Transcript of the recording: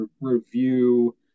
review